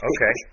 Okay